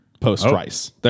post-rice